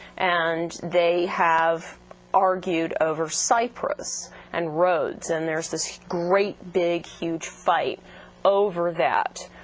and they have argued over cyprus and rhodes and there's this great big huge fight over that.